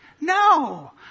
No